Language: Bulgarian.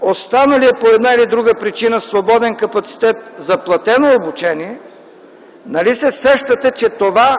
останалия по една или друга причина свободен капацитет за платено обучение, нали се сещате, че това